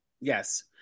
Yes